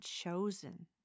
chosen